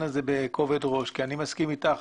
הזה בכובד ראש כי אני מסכים איתך,